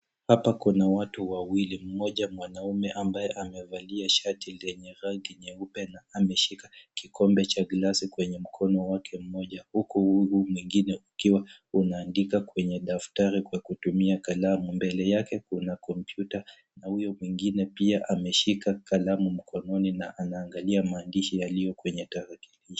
Hapa kuna watu wawili, mmoja mwanamume ambaye amevalia shati lenye rangi nyeupe na ameshika kikombe cha glasi kwenye mkono wake mmoja huku huu mwingine ukiwa unaandika kwenye daftrai kwa kutumia kalamu. Mbele yake kuna kompyuta na huyo mwingine pia ameshika kalamu mkononi na anaangalia maandishi yaliyo kwenye tarakilishi.